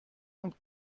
und